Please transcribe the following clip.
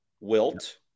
Wilt